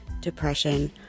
depression